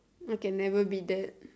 I can never be that